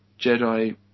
Jedi